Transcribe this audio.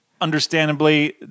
understandably